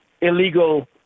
illegal